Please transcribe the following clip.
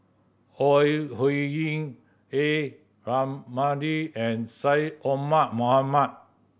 Ore Huiying A Ramli and Syed Omar Mohamed